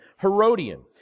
Herodian